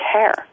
care